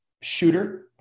shooter